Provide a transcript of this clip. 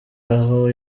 aho